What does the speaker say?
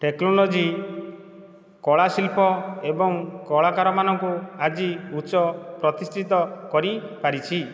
technology କଳା ଶିଳ୍ପ ଏବଂ କଳାକାର ମାନଙ୍କୁ ଆଜି ଉଚ୍ଚ ପ୍ରତିଷ୍ଠିତ କରି ପାରିଛି